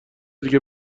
دیگه